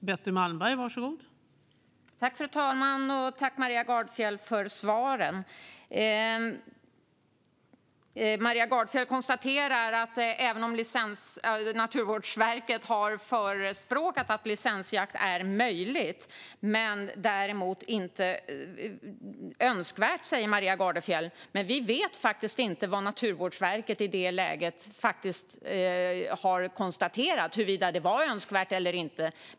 Fru talman! Jag tackar Maria Gardfjell för svaren. Naturvårdsverket har sagt att licensjakt är möjligt men inte önskvärt, hävdar Maria Gardfjell. Men vi vet faktiskt inte om Naturvårdsverket har konstaterat huruvida det är önskvärt eller inte.